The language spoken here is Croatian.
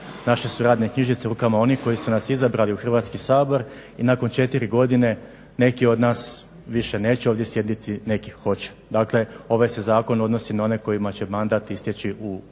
naše su radne knjižice u rukama onih koji su nas izabrali u Hrvatski sabor i nakon 4 godine neki od nas neće više ovdje sjediti neki hoće. Dakle ovaj se zakon odnosi na one kojima će mandat izaći u ovom